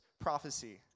Prophecy